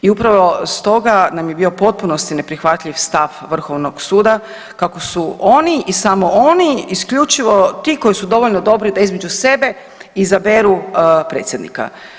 I upravo stoga nam je bio u potpunosti neprihvatljiv stav Vrhovnog suda kako su oni i samo oni isključivo ti koji su dovoljno dobri da između sebe izaberu predsjednika.